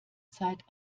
zeit